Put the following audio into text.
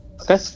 Okay